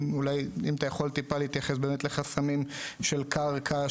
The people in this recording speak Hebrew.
אם אתה יכול אולי טיפה להתייחס לחסמים של קרקע,